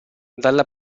dalla